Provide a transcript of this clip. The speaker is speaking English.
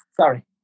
sorry